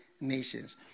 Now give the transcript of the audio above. nations